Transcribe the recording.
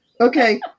Okay